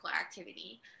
activity